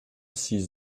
sees